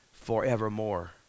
forevermore